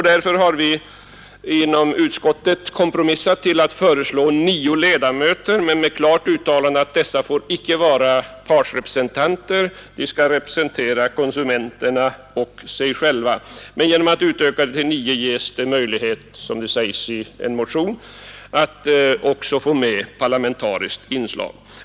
Därför har vi inom utskottet gjort en kompromiss och föreslagit nio ledamöter men med ett klart uttalande av att dessa icke får vara partsrepresentanter. Genom att utöka antalet till nio ges som det sägs i en motion möjlighet att också få ett parlamentariskt inslag.